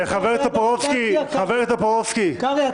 נגד --- חבר הכנסת טופורובסקי --- קרעי,